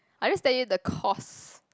I just tell you the cause